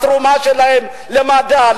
התרומה שלהם למדע,